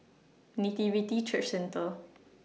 Nativity Church Centre